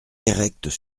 directes